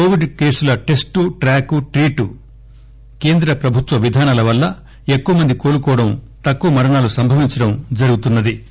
Covid కేసుల test track treat కేంద్ర ప్రభుత్వ విధానం వల్ల ఎక్కువ మంది కోలుకోవడం తక్కువ మరణాలు సంభవించడం జరుగుతున్న ది